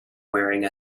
wearing